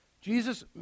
Jesus